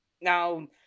now